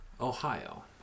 Ohio